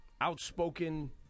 outspoken